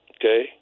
Okay